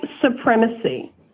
supremacy